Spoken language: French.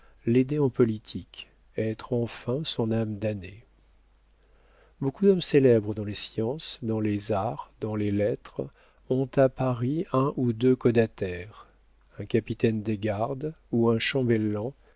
l'aider en politique être enfin son âme damnée beaucoup d'hommes célèbres dans les sciences dans les arts dans les lettres ont à paris un ou deux caudataires un capitaine des gardes ou un chambellan